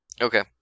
Okay